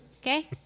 Okay